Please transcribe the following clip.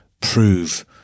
prove